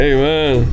Amen